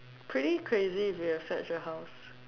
pretty crazy if you have such a house